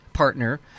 partner